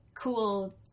Cool